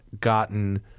gotten